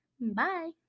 bye